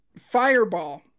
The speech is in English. Fireball